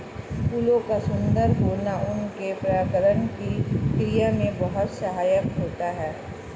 फूलों का सुंदर होना उनके परागण की क्रिया में बहुत सहायक होता है